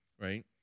right